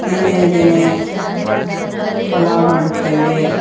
ದಿನೇ ದಿನೇ ಪಲಾವ್ ಮಾಡುತ್ತೇವೆ